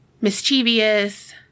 mischievous